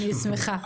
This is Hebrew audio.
אני שמחה.